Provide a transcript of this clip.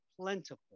plentiful